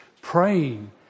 Praying